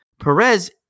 Perez